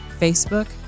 Facebook